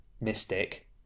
Mystic